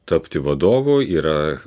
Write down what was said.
tapti vadovu yra